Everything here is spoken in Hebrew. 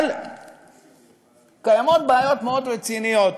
אבל קיימות בעיות מאוד רציניות